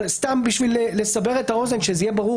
אבל סתם בשביל לסבר את האוזן שזה יהיה ברור